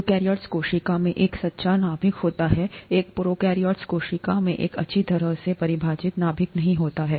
eukaryotic कोशिका में एक सच्चा नाभिक होता है एक प्रोकैरियोटिक कोशिका में एक अच्छी तरह से परिभाषित नाभिक नहीं होता है